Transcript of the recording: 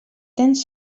tens